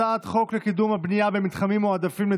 הצעת חוק לעידוד פיתוח טכנולוגיה בתחום הפיננסי בישראל,